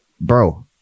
bro